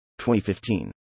2015